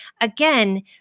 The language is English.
Again